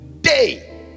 day